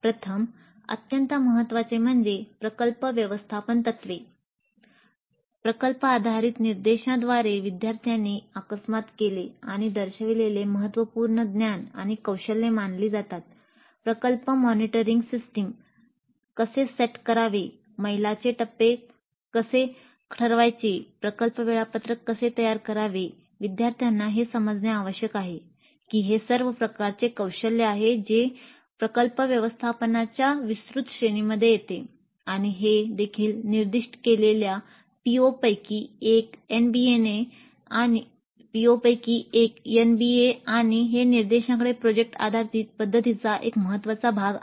प्रथम अत्यंत महत्त्वाचे म्हणजे "प्रकल्प व्यवस्थापन तत्त्वे" आणि हे निर्देशांकडे प्रकल्प आधारित पध्दतीचा एक महत्वाचा भाग आहे